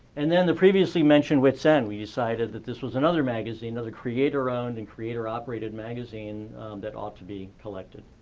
and then the previously mentioned witzend, we decided that this was another magazine that the creator owned and creator-operated magazine that ought to be collected.